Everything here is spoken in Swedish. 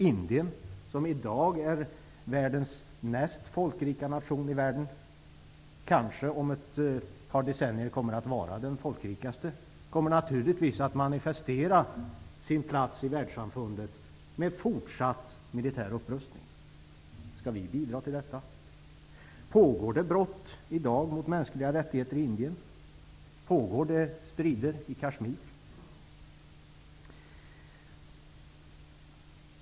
Indien, som i dag är världens näst folkrikaste nation, och som om ett par decennier kanske blir den folkrikaste, kommer naturligtvis att manifestera sin plats i världssamfundet genom fortsatt militär upprustning. Skall vi bidra till detta? Sker brott mot de mänskliga rättigheterna i Indien i dag? Pågår strider i Kashmir?